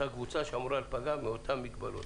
אותה קבוצה שאמורה להיפגע מאותן מגבלות.